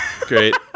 Great